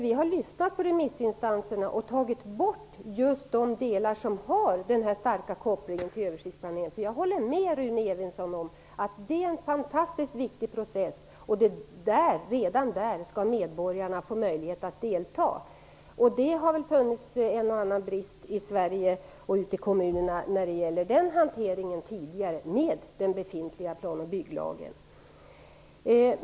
Vi har lyssnat på remissinstanserna och tagit bort just de delar som har en stark koppling till översiktsplaneringen. Jag håller nämligen med Rune Evensson om att den är en fantastiskt viktig process och att medborgarna redan där skall få möjlighet att delta. Det har nog funnits en och annan brist i den hanteringen ute i kommunerna redan tidigare, med den befintliga plan och bygglagen.